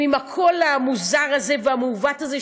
הן עם הקול המוזר והמעוות הזה,